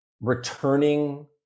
returning